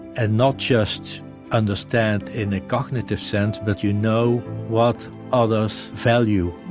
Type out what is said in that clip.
and not just understand in a cognitive sense, but you know what others value